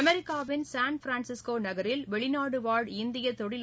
அமெரிக்காவின் சான்பிரான்ஸிஸ்கோ நகரில் வெளிநாடுவாழ் இந்திய தொழில்